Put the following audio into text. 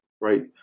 Right